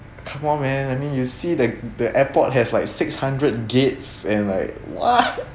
come on man I mean you see the the airport has like six hundred gates and like !wow!